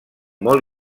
molt